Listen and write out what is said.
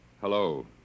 hello